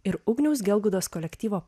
ir ugniaus gelbūdos kolektyvo